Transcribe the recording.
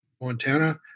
Montana